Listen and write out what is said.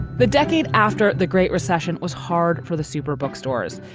the decade after the great recession was hard for the super bookstores.